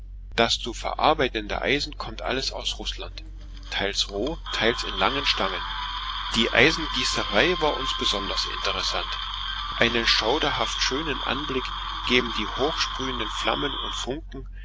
das zu verarbeitende eisen kommt alles aus rußland teils roh teils in langen stangen die eisengießerei war uns besonders interessant einen schauderhaft schönen anblick geben die hochsprühenden flammen und funken